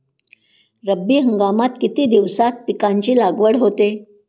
रब्बी हंगामात किती दिवसांत पिकांची लागवड होते?